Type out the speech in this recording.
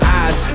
eyes